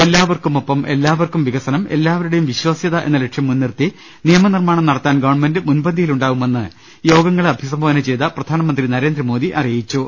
എല്ലാ വർക്കുമൊപ്പം എല്ലാവർക്കും വികസനം എല്ലാവരുട്ടെയും വിശ്വാസൃത എന്ന ലക്ഷ്യം മുൻനിർത്തി നിയമനിർമ്മാണം നടത്താൻ ഗവൺമെന്റ് മുൻപന്തിയി ലുണ്ടാവുമെന്ന് യോഗങ്ങളെ അഭിസംബോധന ചെയ്ത പ്രധാനമന്ത്രി നരേന്ദ്ര മോദി അറിയിച്ചു